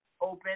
open